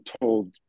told